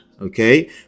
okay